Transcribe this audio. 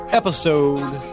episode